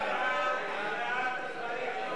סעיף 6,